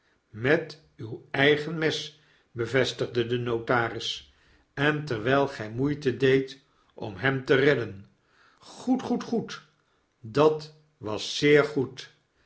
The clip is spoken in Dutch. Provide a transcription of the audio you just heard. met uw eigen mes bevestigde de notaris en terwijl gij moeite deedt omnem te redden goed goed goed dat was zeer goed